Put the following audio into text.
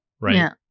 right